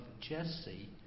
Jesse